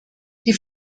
die